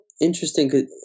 interesting